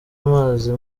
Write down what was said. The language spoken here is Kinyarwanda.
amazi